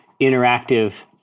interactive